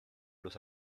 los